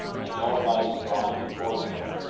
i know it by his drawing me towards him.